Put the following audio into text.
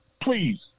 Please